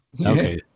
Okay